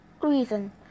reason